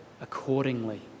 accordingly